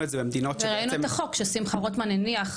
וראינו את החוק ששמחה רוטמן הניח,